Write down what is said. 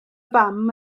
fam